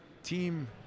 team